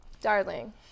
darling